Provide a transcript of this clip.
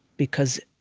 because